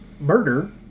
murder